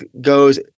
goes